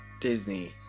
disney